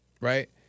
Right